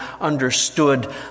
understood